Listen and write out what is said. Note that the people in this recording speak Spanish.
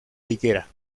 higuera